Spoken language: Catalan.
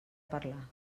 parlar